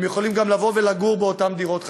הם גם יכולים לגור באותן דירות חדשות,